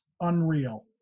unreal